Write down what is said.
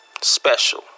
Special